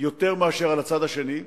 יותר מאשר על הצד השני,